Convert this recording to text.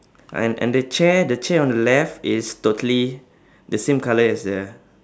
and and the chair the chair on the left is totally the same colour as the